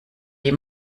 die